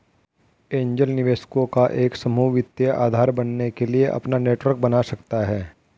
angel निवेशकों का एक समूह वित्तीय आधार बनने के लिए अपना नेटवर्क बना सकता हैं